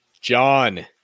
john